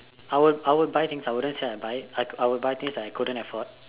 I will I will buy things I wouldn't say I wont buy it I will I will buy things I couldn't afford